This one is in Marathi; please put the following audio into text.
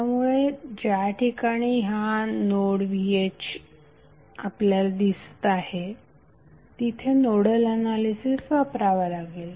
त्यामुळे ज्याठिकाणी ह्या नोडVThआपल्याला दिसत आहे तिथे नोडल एनालिसिस वापरावे लागेल